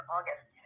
August